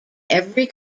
every